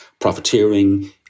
profiteering